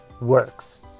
Works